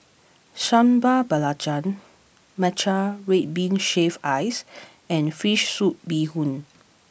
Sambal Belacan Matcha Red Bean Shaved Ice and Fish Soup Bee Hoon